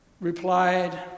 replied